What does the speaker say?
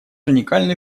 уникальный